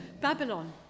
Babylon